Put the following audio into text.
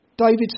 David